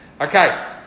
Okay